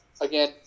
again